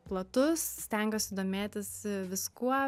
platus stengiuosi domėtis viskuo